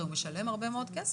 הרי הוא משלם הרבה מאוד כסף.